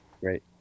Great